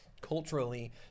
culturally